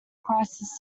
crisis